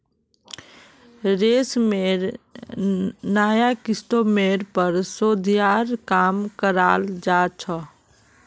रेशमेर नाया किस्मेर पर शोध्येर काम कराल जा छ